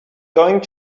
going